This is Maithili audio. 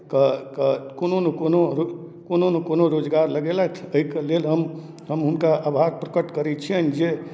कऽ कऽ कोनो ने कोनो रो कोनो ने कोनो रोजगार लगेलथि ताहिके लेल हम हम हुनका आभार प्रकट करै छियनि जे